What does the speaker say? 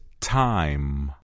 time